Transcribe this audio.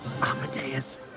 Amadeus